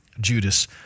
Judas